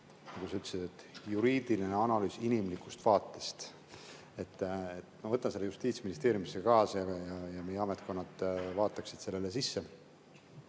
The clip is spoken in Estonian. sa ütlesid: juriidiline analüüs inimlikust vaatest. Ma võtan selle Justiitsministeeriumisse kaasa, et meie ametkonnad vaataksid selle sisse,